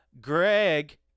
Greg